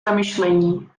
zamyšlení